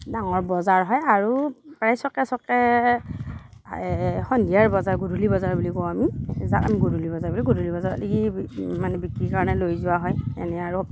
ডাঙৰ বজাৰ হয় আৰু প্ৰায় চুকে চুকে সন্ধিয়াৰ বজাৰ গধূলিৰ বজাৰ বুলি কওঁ আমি যাক আমি গধূলিৰ বজাৰ গধূলিৰ বজাৰক মানে বিক্ৰীৰ কাৰণে লৈ যোৱা হয় এনে আৰু